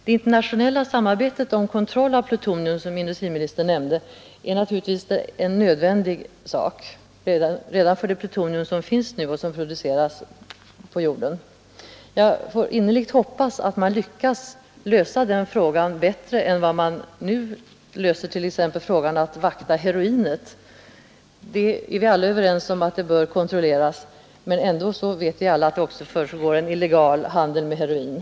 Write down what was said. Det internationella samarbetet om kontroll av plutonium, som industriministern nämnde, är naturligtvis en nödvändig sak redan för det plutonium som finns nu och som för närvarande produceras på jorden. Jag får innerligt hoppas att man lyckas lösa den frågan bättre än vad man nu löser t.ex. frågan om att vakta heroinet. Vi är alla överens om att det bör kontrolleras, men ändå vet vi att det försiggår en illegal handel med heroin.